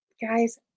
Guys